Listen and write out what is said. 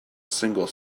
single